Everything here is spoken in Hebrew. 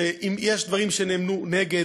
שאם יש דברים שנאמרו נגד,